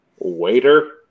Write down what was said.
Waiter